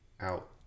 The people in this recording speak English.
Out